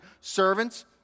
Servants